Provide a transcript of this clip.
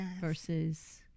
versus